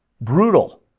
Brutal